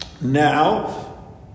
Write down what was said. Now